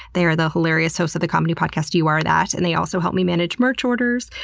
they are the hilarious hosts of the comedy podcast you are that and they also help me manage merch orders,